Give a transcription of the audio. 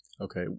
Okay